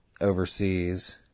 overseas